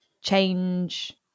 change